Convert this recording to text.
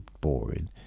boring